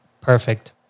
perfect